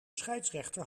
scheidsrechter